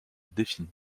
définie